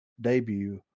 debut